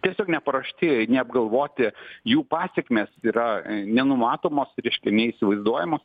tiesiog neparuošti neapgalvoti jų pasekmės yra nenumatomos reiškia įsivaizduojamos